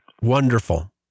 Wonderful